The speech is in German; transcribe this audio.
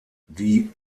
die